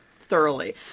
thoroughly